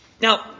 Now